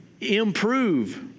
improve